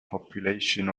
population